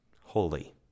holy